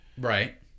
Right